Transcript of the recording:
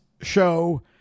show